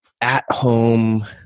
at-home